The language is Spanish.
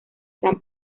san